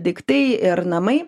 daiktai ir namai